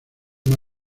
una